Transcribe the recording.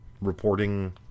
reporting